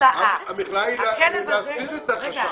המכלאה היא להסיר את החשש.